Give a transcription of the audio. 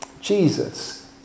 Jesus